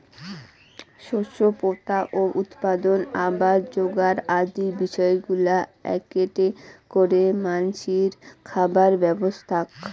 শস্য পোতা ও উৎপাদন, আবাদ যোগার আদি বিষয়গুলা এ্যাকেটে করে মানষির খাবার ব্যবস্থাক